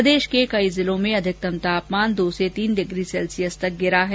प्रदेश के कई जिलों में अधिकतम तापमान दो से तीन डिग्री सैल्सियस तक गिरा है